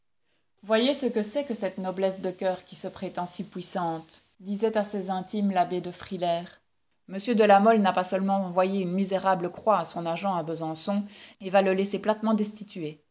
voyez ce que c'est que cette noblesse de coeur qui se prétend si puissante disait à ses intimes l'abbé de frilair m de la mole n'a pas seulement envoyé une misérable croix à son agent à besançon et va le laisser platement destituer